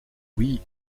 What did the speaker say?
oui